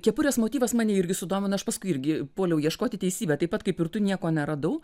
kepurės motyvas mane irgi sudomino aš paskui irgi puoliau ieškoti teisybė taip pat kaip ir tu nieko neradau